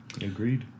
Agreed